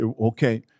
okay